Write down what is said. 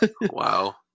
Wow